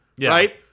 right